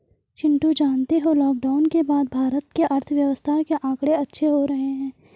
चिंटू जानते हो लॉकडाउन के बाद भारत के अर्थव्यवस्था के आंकड़े अच्छे हो रहे हैं